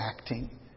acting